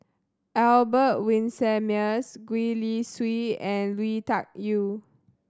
Albert Winsemius Gwee Li Sui and Lui Tuck Yew